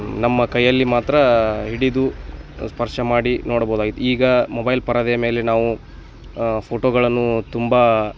ನಮ್ಮ ಕೈಯಲ್ಲಿ ಮಾತ್ರ ಹಿಡಿದು ಸ್ಪರ್ಶ ಮಾಡಿ ನೋಡಬೋದಾಗಿತ್ತು ಈಗ ಮೊಬೈಲ್ ಪರದೆ ಮೇಲೆ ನಾವು ಫೋಟೋಗಳನ್ನು ತುಂಬ